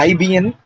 Ibn